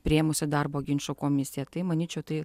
priėmusi darbo ginčų komisija tai manyčiau tai